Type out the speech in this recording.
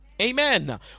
Amen